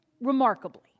remarkably